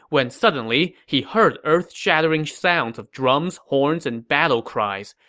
when suddenly he heard earth-shattering sounds of drums, horns, and battle cries.